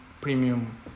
premium